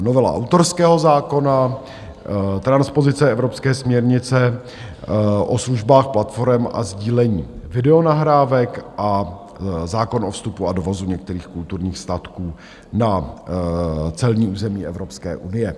Novela autorského zákona, transpozice evropské směrnice o službách platforem a sdílení videonahrávek a zákon o vstupu a dovozu některých kulturních statků na celní území Evropské unie.